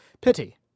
Pity